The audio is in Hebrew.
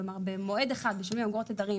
כלומר במועד אחד שינוי תדרים